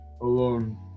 alone